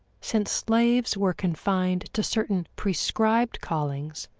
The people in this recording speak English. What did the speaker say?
since slaves were confined to certain prescribed callings,